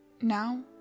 now